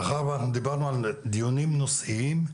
מאחר ואנחנו דיברנו על דיונים נושאיים,